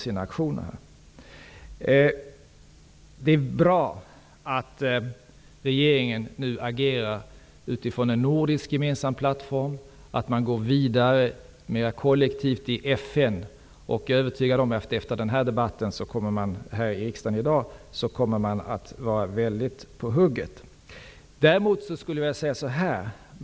Det är bra att regeringen nu agerar utifrån en nordisk gemensam plattform och att man går vidare i FN. Jag är övertygad om att man efter den här debatten i riksdagen i dag verkligen kommer att vara på hugget.